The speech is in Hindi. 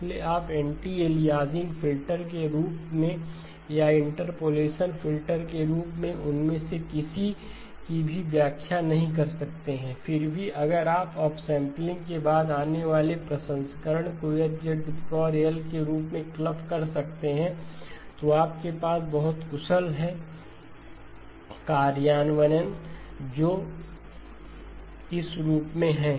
इसलिए आप एंटी अलियासिंग फिल्टर के रूप में या इंटरपोलेशन फिल्टर के रूप में उनमें से किसी की भी व्याख्या नहीं कर सकते हैं फिर भी अगर आप अपसम्पलिंग के बाद आने वाले प्रसंस्करण को H के रूप में क्लब कर सकते हैं तो आपके पास बहुत कुशल है कार्यान्वयन जो इस रूप में है